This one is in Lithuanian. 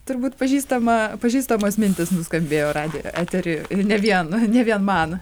turbūt pažįstama pažįstamos mintys nuskambėjo radijo etery ne vien ne vien man